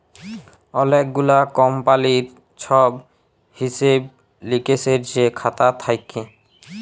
অলেক গুলা কমপালির ছব হিসেব লিকেসের যে খাতা থ্যাকে